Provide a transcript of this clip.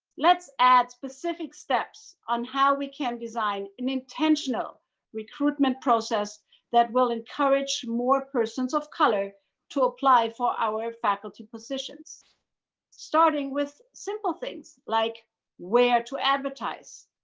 let's add specific steps on how we can design an intentional recruitment process that will encourage more persons of color to apply for our faculty positions starting with simple things like where to advertise.